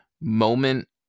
moment